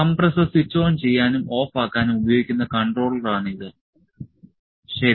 compressor switch on ചെയ്യാനും ഓഫാക്കാനും ഉപയോഗിക്കുന്ന കൺട്രോളറാണ് ഇത് ശരി